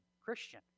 Christian